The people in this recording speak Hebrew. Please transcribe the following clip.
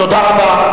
תודה רבה.